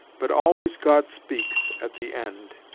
but always god speaks at the end